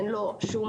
אין לו שום,